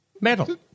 metal